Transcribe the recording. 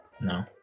No